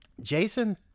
Jason